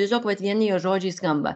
tiesiog vat vieni jo žodžiai skamba